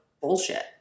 bullshit